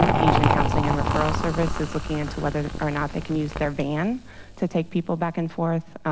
um asian counseling and referral services is looking into whether or not they could use their vans to take people back and forth,